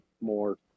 more